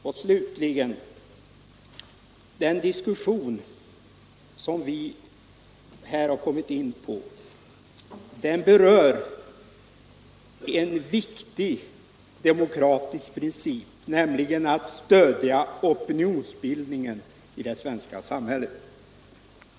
Och slutligen: Den diskussion som vi här har kommit in på berör en viktig demokratisk princip, nämligen att stödja opinionsbildningen i det svenska samhället.